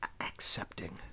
accepting